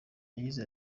yagize